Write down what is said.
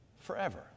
forever